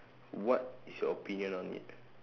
what is your opinion on it